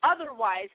otherwise